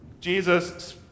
Jesus